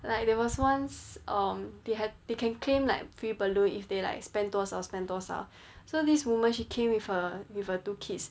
like there was once um they had they can claim like free balloons if they like spent 多少 spent 多少 so this woman she came with her with her two kids